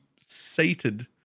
sated